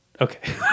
okay